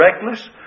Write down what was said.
reckless